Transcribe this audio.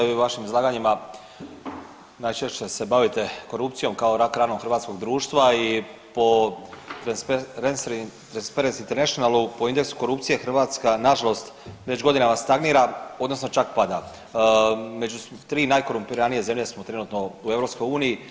U ovim vašim izlaganjima najčešće se bavite korupcijom kao rak ranom hrvatskog društva i po Transparency Internationalu po indeksu korupcije Hrvatska nažalost već godinama stagnira odnosno čak pada, među tri najkorumpiranije zemlje smo trenutno u EU.